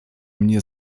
mnie